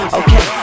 okay